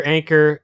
Anchor